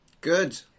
Good